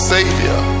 Savior